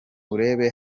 urebe